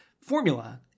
formula